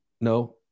No